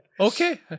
okay